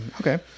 Okay